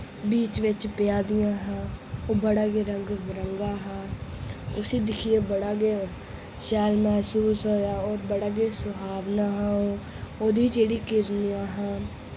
बीच विच पेआ दियां हियां ओह् बड़ा गै रंग बिरंगा हा उस्सी दिक्खियै बड़ा गै शैल मैसूस होएआ और बड़ा गै सुहावना हा ओ ओह्दी जेह्ड़ी किरणां हा